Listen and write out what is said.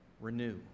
renew